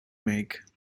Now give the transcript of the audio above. make